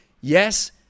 yes